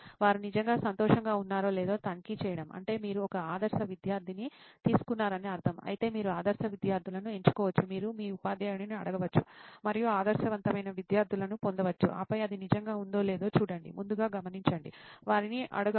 వారు నిజంగా సంతోషంగా ఉన్నారో లేదో తనిఖీ చేయడం అంటే మీరు ఒక ఆదర్శ విద్యార్థిని తీసుకున్నారని అర్థం అయితే మీరు ఆదర్శ విద్యార్థులను ఎంచుకోవచ్చు మీరు మీ ఉపాధ్యాయుడిని అడగవచ్చు మరియు ఆదర్శవంతమైన విద్యార్థులను పొందవచ్చు ఆపై అది నిజంగా ఉందో లేదో చూడండి ముందుగా గమనించండి వారిని అడగవద్దు